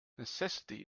necessity